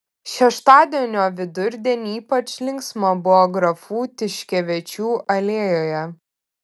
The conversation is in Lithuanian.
šeštadienio vidurdienį ypač linksma buvo grafų tiškevičių alėjoje